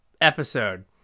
episode